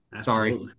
Sorry